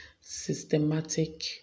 systematic